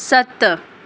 सत